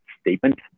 statement